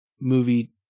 movie